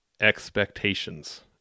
expectations